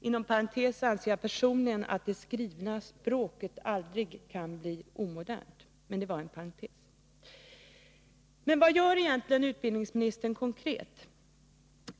— Inom parentes sagt anser jag personligen att det skrivna språket aldrig kan bli omodernt. Men vad gör egentligen utbildningsministern konkret?